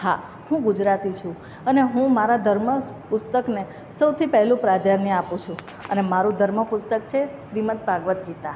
હા હું ગુજરાતી છું અને હું મારા ધર્મ પુસ્તકને સૌથી પહેલું પ્રાધાન્ય આપું છું અને મારું ધર્મ પુસ્તક છે શ્રીમદ ભાગવદ્ ગીતા